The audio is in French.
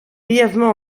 brièvement